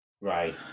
Right